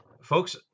Folks